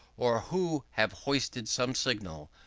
or who have hoisted some signal,